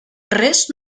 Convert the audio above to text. res